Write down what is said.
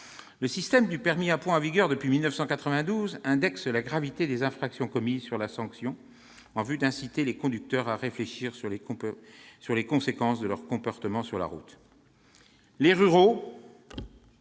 Le système du permis à points, en vigueur depuis 1992, indexe la gravité des infractions commises sur la sanction en vue d'inciter les conducteurs à réfléchir sur les conséquences de leur comportement sur la route. Les ruraux